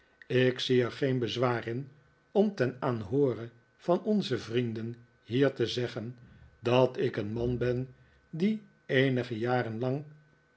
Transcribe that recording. ik zie er geen bezwaar in om ten aanhoore van onze vrienden hier te zeggen dat ik een man ben die eenige